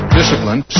discipline